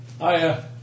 Hiya